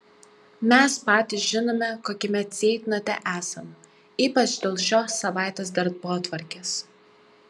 mes patys žinome kokiame ceitnote esam ypač dėl šios savaitės darbotvarkės